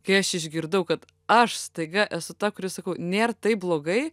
kai aš išgirdau kad aš staiga esu ta kuri sakau nėr taip blogai